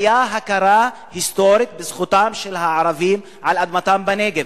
היתה הכרה היסטורית בזכותם של הערבים על אדמתם בנגב,